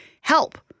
help